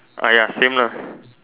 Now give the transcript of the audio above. ah ya same lah